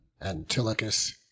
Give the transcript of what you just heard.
Antilochus